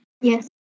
Yes